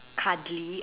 cuddly